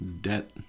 debt